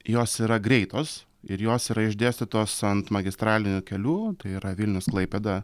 jos yra greitos ir jos yra išdėstytos ant magistralinių kelių tai yra vilnius klaipėda